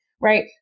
Right